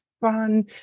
Fun